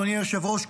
אדוני היושב-ראש,